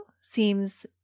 seems